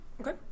Okay